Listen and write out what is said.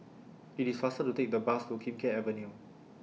IT IS faster to Take The Bus to Kim Keat Avenue